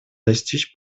достичь